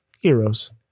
heroes